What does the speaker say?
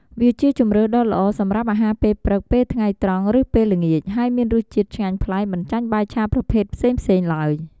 វាជាជម្រើសដ៏ល្អសម្រាប់អាហារពេលព្រឹក ពេលថ្ងៃត្រង់ ឬពេលល្ងាច ហើយមានរសជាតិឆ្ងាញ់ប្លែកមិនចាញ់បាយឆាប្រភេទផ្សេងៗឡើយ។